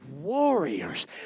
warriors